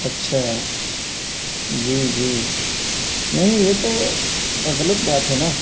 اچھا جی جی نہیں یہ تو غلط بات ہے نا